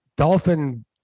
dolphin